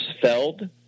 Feld